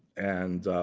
and